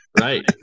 Right